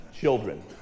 children